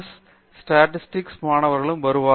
C statistics மாணவர்களும் வருவார்